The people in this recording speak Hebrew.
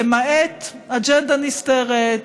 למעט אג'נדה נסתרת,